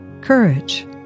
courage